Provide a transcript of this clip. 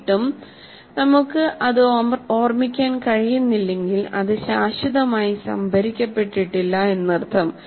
എന്നിട്ടും നമുക്ക് അത് ഓർമിക്കാൻ കഴിയുന്നില്ലെങ്കിൽ അത് ശാശ്വതമായി സംഭരിക്കപ്പെട്ടിട്ടില്ല എന്നർത്ഥം